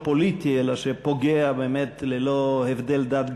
פוליטי אלא הוא פוגע באמת ללא הבדל דת,